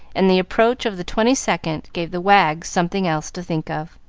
and the approach of the twenty-second gave the wags something else to think of.